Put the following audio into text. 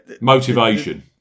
motivation